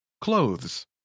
Clothes